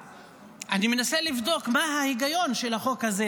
אני מנסה לבדוק מה ההיגיון של החוק הזה.